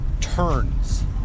turns